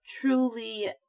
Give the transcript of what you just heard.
truly